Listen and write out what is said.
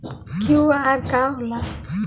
QR का होला?